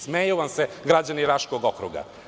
Smeju vam se građani Raškog okruga.